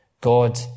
God